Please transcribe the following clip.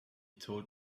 told